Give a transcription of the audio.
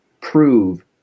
prove